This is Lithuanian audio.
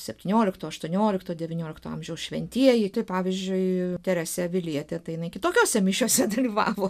septyniolikto aštuoniolikto devyniolikto amžiaus šventieji kaip pavyzdžiui teresė avilietė tai jinai kitokiose mišiose dalyvavo